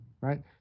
right